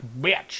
bitch